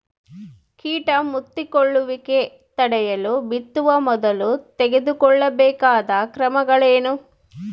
ಕೇಟ ಮುತ್ತಿಕೊಳ್ಳುವಿಕೆ ತಡೆಯಲು ಬಿತ್ತುವ ಮೊದಲು ತೆಗೆದುಕೊಳ್ಳಬೇಕಾದ ಕ್ರಮಗಳೇನು?